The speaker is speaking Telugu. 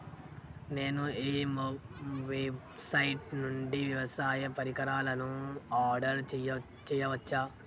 నేను ఏ వెబ్సైట్ నుండి వ్యవసాయ పరికరాలను ఆర్డర్ చేయవచ్చు?